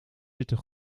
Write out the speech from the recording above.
zitten